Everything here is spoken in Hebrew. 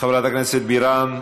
חברת הכנסת בירן,